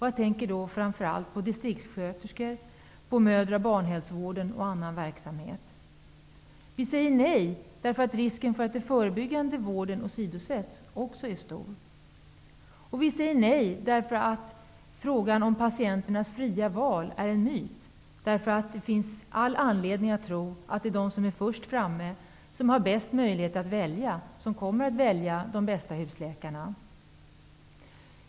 Jag tänker framför allt på disktriktssköterskor, mödra och barnhälsovården och annan verksamhet. Vi säger nej därför att risken att den förebyggande vården åsidosätts också är stor. Vi säger nej därför att frågan om patienternas fria val är en myt. Det finns all anledning att tro att de som är först framme har bäst möjligheter att välja de bästa husläkarna.